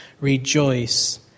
rejoice